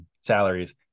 salaries